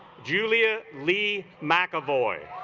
julia leigh mcavoy